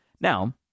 Now